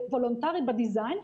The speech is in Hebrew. זה וולונטרי ב-design,